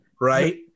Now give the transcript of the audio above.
right